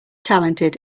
talented